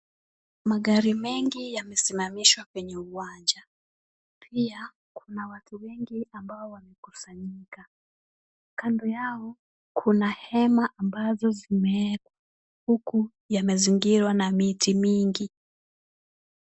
Magari mengi yamesimamishwa kwenye uwanja. Pia kuna watu wengi ambao wamekusanyika. Kando yao kuna hema ambazo zimeekwa, huku yamezingirwa na miti mingi.